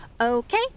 Okay